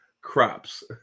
crops